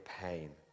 pain